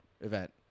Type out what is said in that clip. event